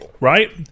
Right